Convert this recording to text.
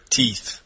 teeth